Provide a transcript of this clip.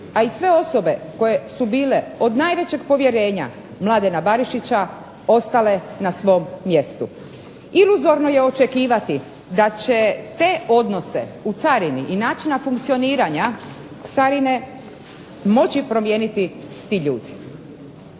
a i sve osobe koje su bile od najvećeg povjerenja Mladena Barišića ostale na svom mjestu. Iluzorno je očekivati da će te odnose u carini i načina funkcioniranja carine moći promijeniti ti ljudi.